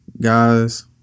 guys